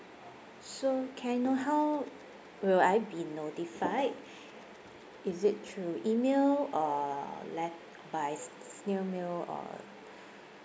so can I know how will I be notified is it through email or like by s~ s~ snail mail or